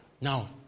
Now